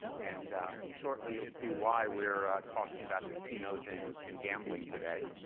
and shortly you'll see why we're talking about casinos and and gambling today.